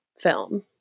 film